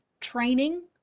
training